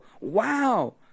Wow